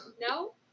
No